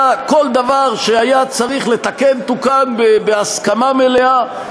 כל דבר שהיה צריך לתקן תוקן בהסכמה מלאה,